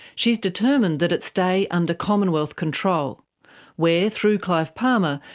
she's determined that it stay under commonwealth control where, through clive palmer,